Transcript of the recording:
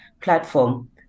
platform